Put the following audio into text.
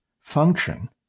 function